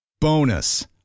Bonus